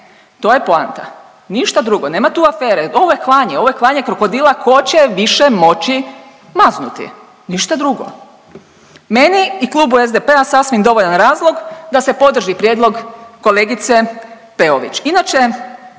to je poanta, ništa drugo. Nema tu afere, ovo je klanje. Ovo je klanje krokodila tko će više moći maznuti, ništa drugo. Meni i klubu SDP-a sasvim dovoljan razlog da se podrži prijedlog kolegice Peović. Inače